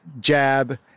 jab